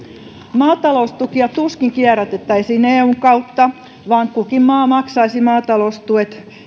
maataloustukia tuskin kierrätettäisiin eun kautta vaan kukin maa maksaisi maataloustuet